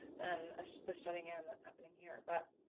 then ah the shutting in that's happening here. but